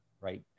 right